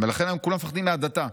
ולכן הם כולם מפחדים מהדתה.